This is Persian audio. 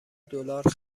دلار